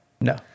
No